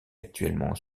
actuellement